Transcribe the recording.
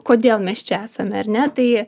kodėl mes čia esame ar ne tai